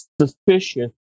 suspicious